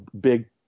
big